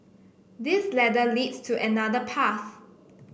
this ladder leads to another path